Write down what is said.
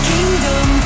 Kingdom